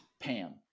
pam